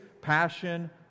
passion